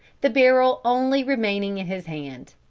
the barrel only remaining in his hand.